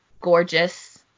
Gorgeous